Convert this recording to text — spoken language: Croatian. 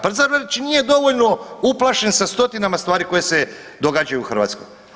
Pa zar već nije dovoljno uplašen sa 100-tinama stvari koje se događaju u Hrvatskoj?